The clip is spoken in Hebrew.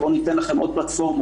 בואו ניתן לכם עוד פלטפורמות,